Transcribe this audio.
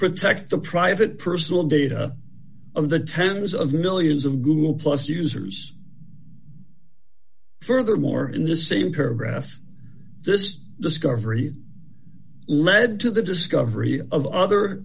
protect the private personal data of the s of millions of google plus users furthermore in the same paragraph this discovery led to the discovery of other